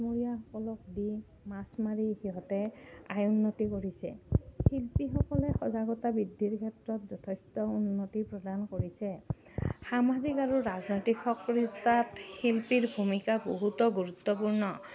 মৰীয়াসকলক দি মাছ মাৰি সিহঁতে আয় উন্নতি কৰিছে শিল্পীসকলে সজাগতা বৃদ্ধিৰ ক্ষেত্ৰত যথেষ্ট উন্নতি প্ৰদান কৰিছে সামাজিক আৰু ৰাজনৈতিক সক্ৰিয়তাত শিল্পীৰ ভূমিকা বহুতো গুৰুত্বপূৰ্ণ